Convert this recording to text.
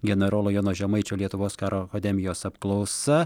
generolo jono žemaičio lietuvos karo akademijos apklausa